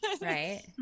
Right